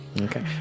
Okay